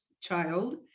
child